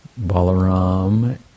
Balaram